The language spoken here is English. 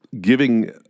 giving